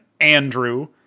Andrew